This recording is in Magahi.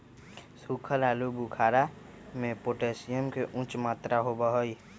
सुखल आलू बुखारा में पोटेशियम के उच्च मात्रा होबा हई